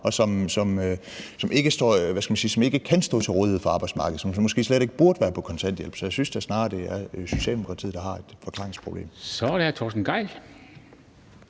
og som ikke kan stå til rådighed for arbejdsmarkedet, og som måske slet ikke burde være på kontanthjælp. Så jeg synes da snarere, det er Socialdemokratiet, der har et forklaringsproblem. Kl.